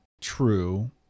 true